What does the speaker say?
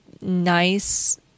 nice